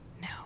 No